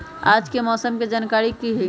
आज के मौसम के जानकारी कि हई?